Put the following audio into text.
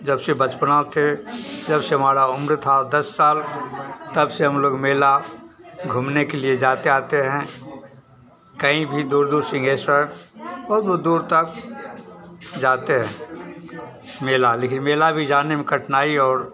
जब से बचपना थे जब से हमारा उम्र था दस साल तब से हम लोग मेला घूमने के लिए जाते आते हैं कहीं भी दूर दूर शिंघेश्वर बहुत बहुत दूर तक जाते हैं मेला लेकिन मेला भी जाने में कठिनाई और